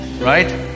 right